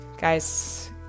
guys